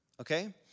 Okay